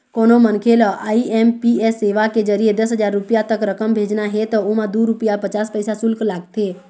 कोनो मनखे ल आई.एम.पी.एस सेवा के जरिए दस हजार रूपिया तक रकम भेजना हे त ओमा दू रूपिया पचास पइसा सुल्क लागथे